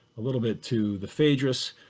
a little bit to the phaedrus.